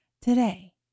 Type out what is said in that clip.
Today